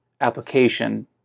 application